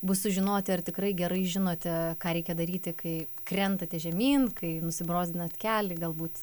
bus sužinoti ar tikrai gerai žinote ką reikia daryti kai krentate žemyn kai nusibrozdinot kelį galbūt